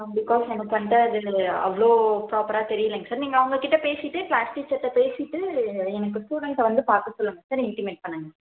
because நமக்கு வந்துட்டு அதில் அவ்வளோ ப்ராப்பராக தெரியலைங்க சார் நீங்கள் அவங்கக்கிட்டே பேசிவிட்டு க்ளாஸ் டீச்சர்கிட்ட பேசிவிட்டு எனக்கு ஸ்டூடெண்ஸ்ஸை வந்து பார்க்க சொல்லுங்க சார் இன்டிமேட் பண்ணுங்க